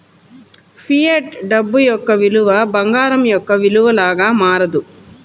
fiat డబ్బు యొక్క విలువ బంగారం యొక్క విలువ లాగా మారదు